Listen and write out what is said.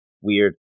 Weird